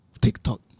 TikTok